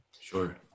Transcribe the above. Sure